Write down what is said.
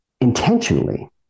intentionally